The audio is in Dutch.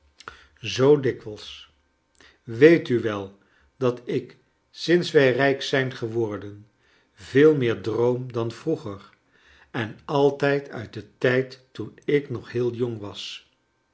zoo dikwijls weet u wel dat ik sinds wij rijk zijn geworden veel meer droom dan vroeger en altijd uit den tijd toen ik nog heel jong was